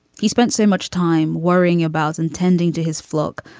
he spent so much time worrying about and tending to his flock.